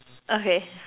okay